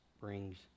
brings